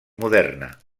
moderna